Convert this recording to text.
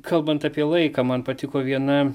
kalbant apie laiką man patiko viena